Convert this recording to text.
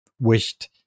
wished